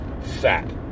fat